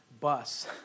bus